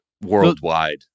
worldwide